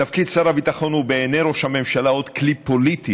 תפקיד שר הביטחון הוא בעיני ראש הממשלה עוד כלי פוליטי.